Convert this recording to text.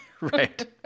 Right